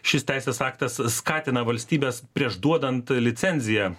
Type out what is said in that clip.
šis teisės aktas skatina valstybes prieš duodant licenziją